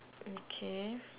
okay